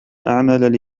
أعمل